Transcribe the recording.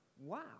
wow